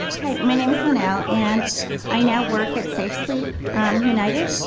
my name is when al and i now work at safe sleep united.